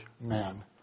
man